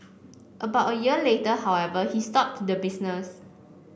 about a year later however he stopped the business